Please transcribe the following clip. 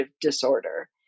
Disorder